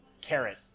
carrot